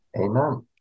Amen